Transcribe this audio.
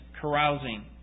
carousing